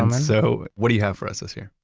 and so what do you have for us this year?